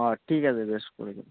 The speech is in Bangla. ঠিক আছে বেশ করে দেবো